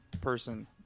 person